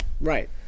Right